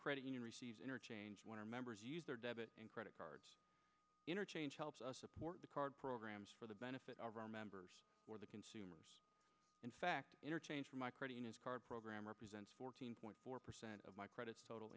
credit union interchange when our members use their debit and credit cards interchange helps us support the card programs for the benefit of our members for the consumers in fact interchange for my credit card program represents fourteen point four percent of my credit to